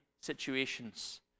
situations